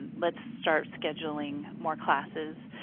let's start scheduling more classes.